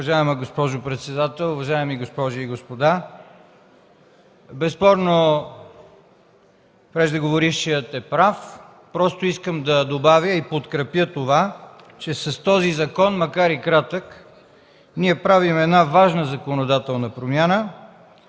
Уважаема госпожо председател, уважаеми госпожи и господа! Безспорно преждеговорившият е прав. Просто искам да добавя и подкрепя това, че с този закон, макар и кратък, ние правим една важна законодателна промяна